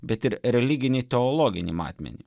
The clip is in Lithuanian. bet ir religinį teologinį matmenį